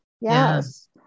Yes